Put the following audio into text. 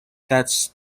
that